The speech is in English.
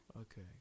Okay